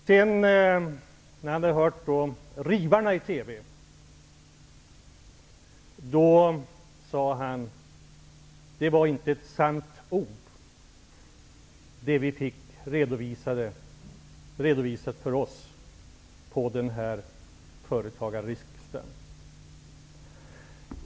När han sedan hade hört ''rivarna'' i TV sade han att det inte hade sagts ett sant ord på den här företagarriksdagen.